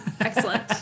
Excellent